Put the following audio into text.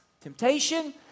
temptation